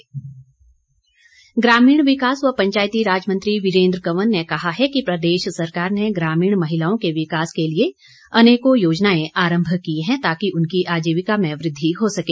वीरेंद्र कंवर ग्रामीण विकास व पंचायती राज मंत्री वीरेंद्र कंवर ने कहा है कि प्रदेश सरकार ने ग्रामीण महिलाओं के विकास के लिए अनेकों योजनाएं आरम्भ की हैं ताकि उनकी आजीविका में वृद्धि हो सके